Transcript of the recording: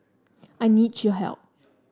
I need your help